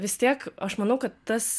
bet vis tiek aš manau kad tas